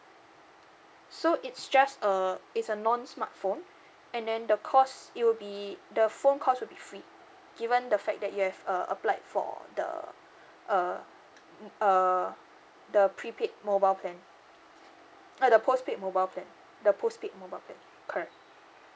so it's just uh it's a non smartphone and then the costs it'll be the phone costs will be free given the fact that you have uh applied for the uh uh the prepaid mobile plan ah the postpaid mobile plan the postpaid mobile plan correct